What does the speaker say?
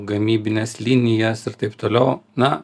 gamybines linijas ir taip toliau na